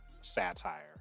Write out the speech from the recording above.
satire